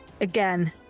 again